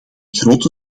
grote